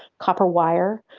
copper wire.